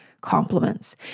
compliments